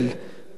איננו.